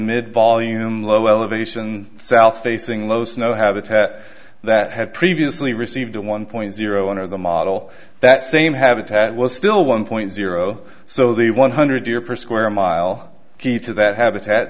mid volume low elevation south facing low snow habitat that had previously received a one point zero under the model that same habitat was still one point zero so the one hundred year per square mile key to that habitat